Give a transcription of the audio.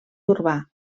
urbà